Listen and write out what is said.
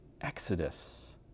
exodus